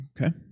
Okay